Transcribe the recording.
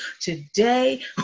Today